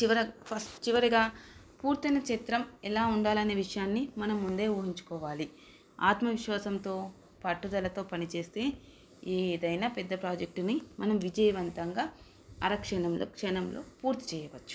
చివరిగా పూర్తైన చిత్రం ఎలా ఉండాలనే విషయాన్ని మనం ముందే ఊహించుకోవాలి ఆత్మవిశ్వాసంతో పటుదలతో పనిచేస్తే ఏదైనా పెద్ద ప్రాజెక్టుని మనం విజయవంతంగా అరక్షణంలో క్షణంలో పూర్తి చేయవచ్చు